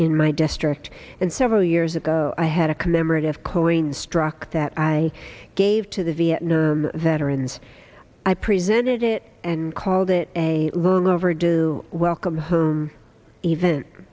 in my district and several years ago i had a commemorative coin struck that i gave to the vietnam veterans i presented it and called it a long overdue welcome home event